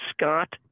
Scott